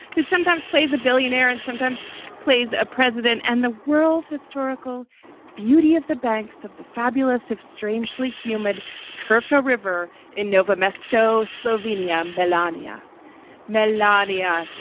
who sometimes plays a billionaire and sometimes plays a president and the world historical beauty of the banks, of the fabulous, if strangely humid kirche river in nova misto, slovenia. melania melania,